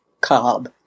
cob